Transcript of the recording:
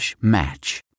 match